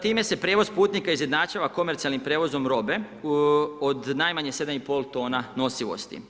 Time se prijevoz putnika izjednačava komercijalnim prijevozom robe, od najmanje 7,5 tona nosivosti.